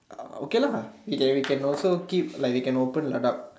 uh okay lah we can we can also keep like they can open Ladakh